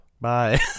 Bye